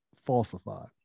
falsified